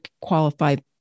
qualified